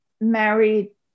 married